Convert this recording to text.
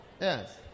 Yes